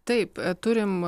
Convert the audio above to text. taip turim